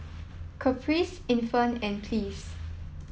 caprice Infant and Pleas